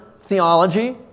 theology